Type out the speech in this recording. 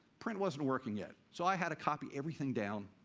print wasn't working yet, so i had to copy everything down.